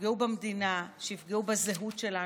שיפגעו במדינה, שיפגעו בזהות שלנו,